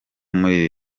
muri